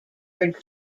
are